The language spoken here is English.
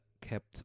kept